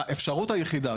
האפשרות היחידה,